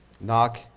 Knock